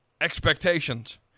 expectations